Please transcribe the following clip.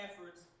efforts